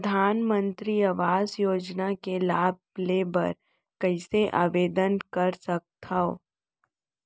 परधानमंतरी आवास योजना के लाभ ले बर कइसे आवेदन कर सकथव?